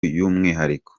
y’umwihariko